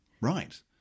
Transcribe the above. Right